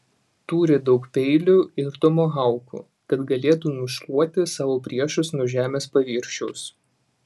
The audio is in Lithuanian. turi daug peilių ir tomahaukų kad galėtų nušluoti savo priešus nuo žemės paviršiaus